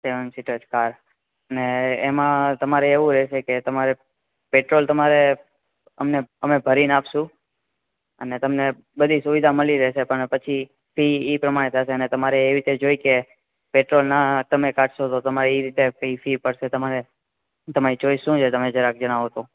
સેવન seater ને એમાં તમારે એવું રહશે કે તમારે પેટ્રોલ તમારે અમને અમે ભરીને આપશુ અને તમને બધી સુવિધા મળી રહેશે ણ પછી ઈ પ્રમાણે થાશે મારે એ રીતે જોઈ કે પેટ્રોલના તમે કાઢશો તો તમારી એસી પડશે તમારે તમારી ચોઈસ શું છે તમે જરાક જણાવો તો